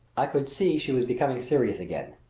i could see she was becoming serious again.